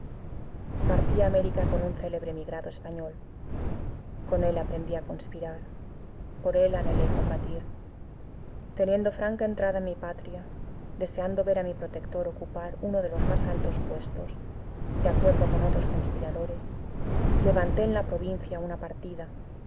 a américa con un célebre emigrado español con él aprendí a conspirar por él anhelé combatir teniendo franca entrada en mi patria deseando ver a mi protector ocupar uno de los más altos puestos de acuerdo con otros conspiradores levanté en la provincia una partida